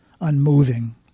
unmoving